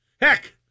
Heck